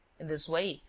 in this way,